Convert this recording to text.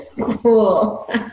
Cool